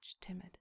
timid